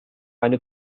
eine